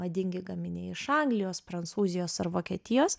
madingi gaminiai iš anglijos prancūzijos ar vokietijos